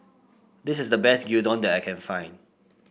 this is the best Gyudon that I can find